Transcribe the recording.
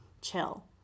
chill